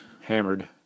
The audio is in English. hammered